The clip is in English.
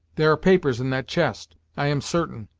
there are papers in that chest, i am certain,